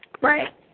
Right